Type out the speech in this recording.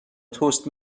تست